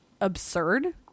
absurd